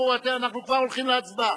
אנחנו כבר הולכים להצבעה.